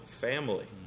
family